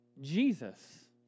Jesus